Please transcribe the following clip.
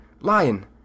LION